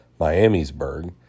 Miamisburg